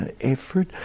effort